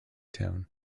town